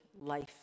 life